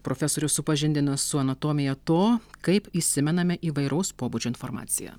profesorius supažindino su anatomija to kaip įsimename įvairaus pobūdžio informaciją